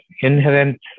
inherent